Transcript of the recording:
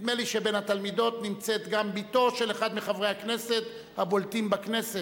נדמה לי שבין התלמידות נמצאת גם בתו של אחד מחברי הכנסת הבולטים בכנסת.